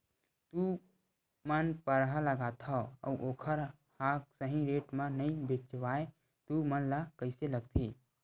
तू मन परहा लगाथव अउ ओखर हा सही रेट मा नई बेचवाए तू मन ला कइसे लगथे?